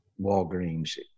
Walgreens